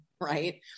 right